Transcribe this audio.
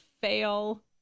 fail